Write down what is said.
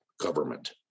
government